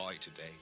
today